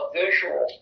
visual